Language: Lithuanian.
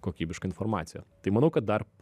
kokybiška informacija tai manau kad dar